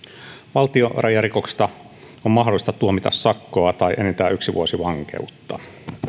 valtionrajarikoksesta on mahdollista tuomita sakkoa tai enintään yksi vuosi vankeutta